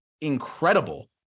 incredible